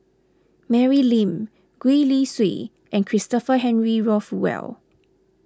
Mary Lim Gwee Li Sui and Christopher Henry Rothwell